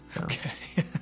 Okay